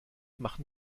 machen